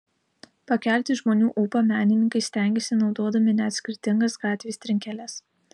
pakelti žmonių ūpą menininkai stengiasi naudodami net skirtingas gatvės trinkeles